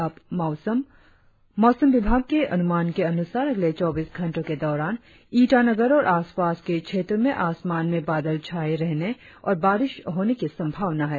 और अब मौसम मौसम विभाग के अनुमान के अनुसार अगले चौबीस घंटो के दौरान ईटानगर और आसपास के क्षेत्रो में आसमान में बादल छाये रहने और बारिश होने की संभावना है